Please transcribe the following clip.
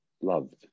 loved